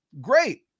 Great